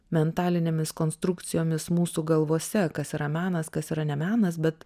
mentalinėmis konstrukcijomis mūsų galvose kas yra menas kas yra ne menas bet